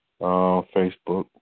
Facebook